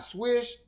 Swish